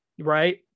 Right